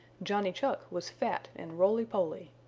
johnny chuck was fat and roly-poly.